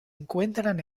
encuentran